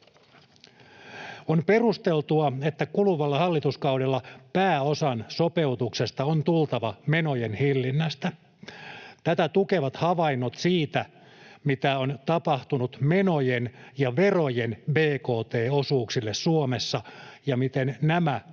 On perusteltua, että kuluvalla hallituskaudella pääosan sopeutuksesta on tultava menojen hillinnästä. Tätä tukevat havainnot siitä, mitä on tapahtunut menojen ja verojen bkt-osuuksille Suomessa ja miten nämä ovat